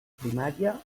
primària